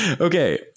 Okay